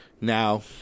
now